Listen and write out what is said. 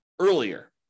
earlier